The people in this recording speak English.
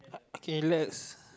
okay let's